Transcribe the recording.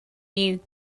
you